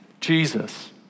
Jesus